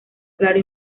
claro